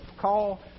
call